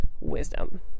wisdom